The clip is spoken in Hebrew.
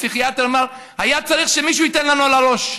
פסיכיאטר: היה צריך שמישהו ייתן לנו על הראש.